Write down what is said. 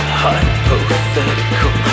hypothetical